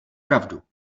pravdu